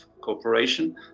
cooperation